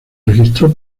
registró